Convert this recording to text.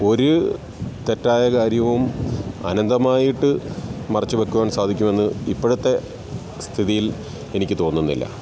ഒരു തെറ്റായ കാര്യവും അനന്തമായിട്ട് മറച്ചുവെയ്ക്കുവാൻ സാധിക്കുമെന്ന് ഇപ്പോഴത്തെ സ്ഥിതിയിൽ എനിക്ക് തോന്നുന്നില്ല